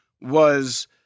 was-